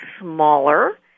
smaller